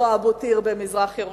אותו אבו טיר במזרח-ירושלים.